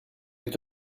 est